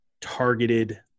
targeted